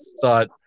thought